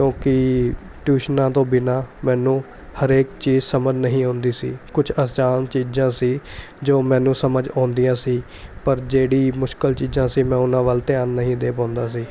ਕਿਉਂਕਿ ਟਿਊਸ਼ਨਾਂ ਤੋਂ ਬਿਨਾ ਮੈਨੂੰ ਹਰੇਕ ਚੀਜ਼ ਸਮਝ ਨਹੀਂ ਆਉਂਦੀ ਸੀ ਕੁਝ ਆਸਾਨ ਚੀਜ਼ਾਂ ਸੀ ਜੋ ਮੈਨੂੰ ਸਮਝ ਆਉਂਦੀਆਂ ਸੀ ਪਰ ਜਿਹੜੀ ਮੁਸ਼ਕਲ ਚੀਜ਼ਾਂ ਸੀ ਮੈਂ ਉਹਨਾਂ ਵੱਲ ਧਿਆਨ ਨਹੀਂ ਦੇ ਪਾਉਂਦਾ ਸੀ